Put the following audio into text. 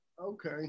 Okay